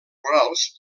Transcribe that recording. rurals